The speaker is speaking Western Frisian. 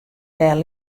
dêr